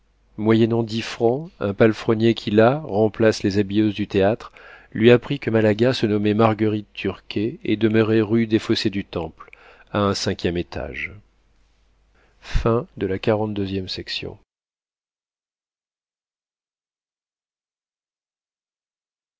moyennant dix francs un palefrenier qui là remplace les habilleuses du théâtre lui apprit que malaga se nommait marguerite turquet et demeurait rue des fossés du temple à un cinquième étage